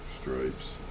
Stripes